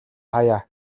хааяа